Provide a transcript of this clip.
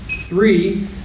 Three